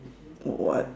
what